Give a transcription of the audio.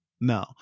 No